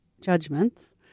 judgments